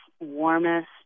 warmest